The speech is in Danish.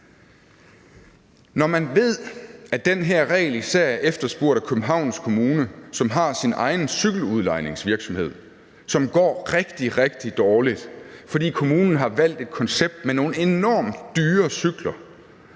kommunen. Den her regel er især efterspurgt af Københavns Kommune, som har sin egen cykeludlejningsvirksomhed, som går rigtig, rigtig dårligt, fordi kommunen har valgt et koncept med nogle enormt dyre cykler,